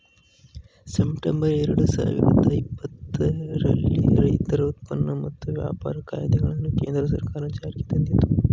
September ಎರಡು ಸಾವಿರದ ಇಪ್ಪತ್ತರಲ್ಲಿ ರೈತರ ಉತ್ಪನ್ನ ಮತ್ತು ವ್ಯಾಪಾರ ಕಾಯ್ದೆಗಳನ್ನು ಕೇಂದ್ರ ಸರ್ಕಾರ ಜಾರಿಗೆ ತಂದಿತು